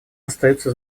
остаются